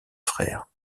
frère